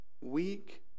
weak